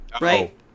Right